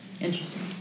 Interesting